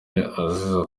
azira